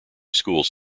schools